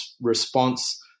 response